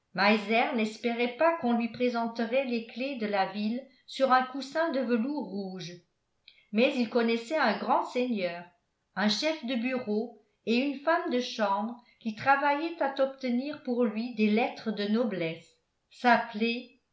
n'espérait pas qu'on lui présenterait les clefs de la ville sur un coussin de velours rouge mais il connaissait un grand seigneur un chef de bureau et une femme de chambre qui travaillaient à obtenir pour lui des lettres de noblesse s'appeler